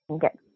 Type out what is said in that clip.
get